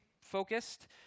focused